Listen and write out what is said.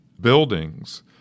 buildings